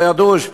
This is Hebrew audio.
לא ידעו,